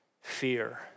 fear